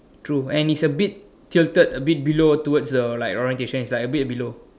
true and it's a bit tilted a bit below towards the orientation is like a bit below